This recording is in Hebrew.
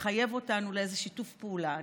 מחייבת אותנו לאיזה שיתוף פעולה.